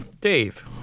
Dave